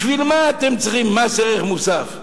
בשביל מה אתם צריכים מס ערך מוסף?